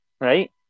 right